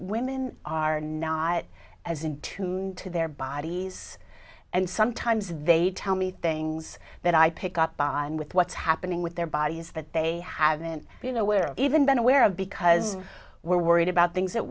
women are not as into their bodies and sometimes they tell me things that i pick up on with what's happening with their bodies that they haven't been aware even been aware of because we're worried about things